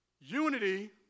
unity